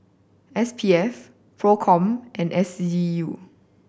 S P F Procom and S D U